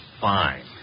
Fine